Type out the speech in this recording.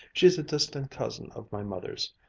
she's a distant cousin of my mother's,